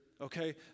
okay